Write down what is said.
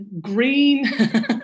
green